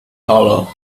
hollow